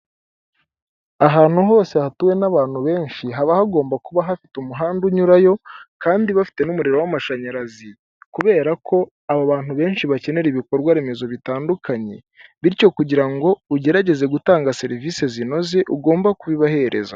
Ahantu hose hatuwe n'abantu benshi haba hagomba kuba hafite umuhanda unyurayo kandi bafite n'umuriro w'amashanyarazi kubera ko aba bantu benshi bakenera ibikorwa remezo bitandukanye bityo kugira ngo ugerageze gutanga serivisi zinoze ugomba kubibahereza.